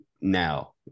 now